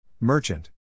Merchant